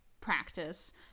practice